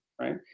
right